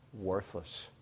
worthless